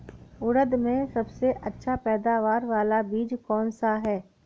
उड़द में सबसे अच्छा पैदावार वाला बीज कौन सा है?